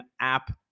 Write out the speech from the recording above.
app